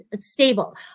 stable